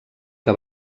que